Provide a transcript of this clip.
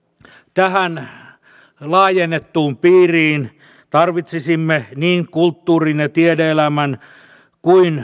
tähän laajennettuun piiriin tarvitsisimme niin kulttuurin ja tiede elämän kuin